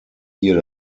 hier